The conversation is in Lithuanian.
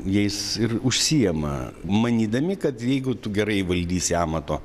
jais ir užsiėma manydami kad jeigu tu gerai įvaldysi amato